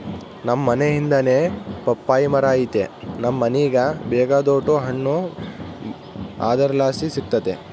ನಮ್ ಮನೇ ಹಿಂದೆನೇ ಪಪ್ಪಾಯಿ ಮರ ಐತೆ ನಮ್ ಮನೀಗ ಬೇಕಾದೋಟು ಹಣ್ಣು ಅದರ್ಲಾಸಿ ಸಿಕ್ತತೆ